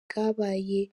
bwabaye